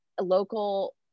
local